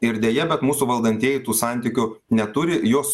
ir deja bet mūsų valdantieji tų santykių neturi juos